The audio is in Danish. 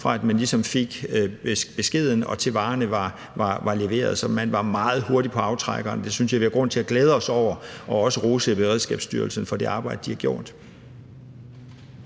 fra vi fik beskeden, til varerne var leveret. Så man var meget hurtig på aftrækkeren, og det synes jeg at vi har grund til at glæde os over og også rose Beredskabsstyrelsen for det arbejde, de har gjort.